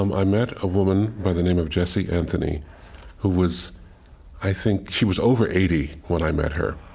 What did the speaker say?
um i met a woman by the name of jessie anthony who was i think she was over eighty when i met her.